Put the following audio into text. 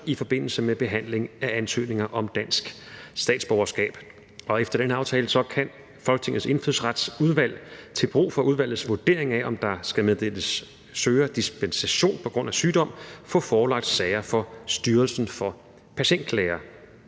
i forbindelse med behandlingen af ansøgninger om dansk statsborgerskab, og efter den her aftale kan Folketingets Indfødsretsudvalg til brug for udvalgets vurdering af, om der skal meddeles en ansøger dispensation på grund af sygdom, få forelagt sager for Styrelsen for Patientklager.